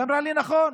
היא אמרה לי: נכון,